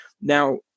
Now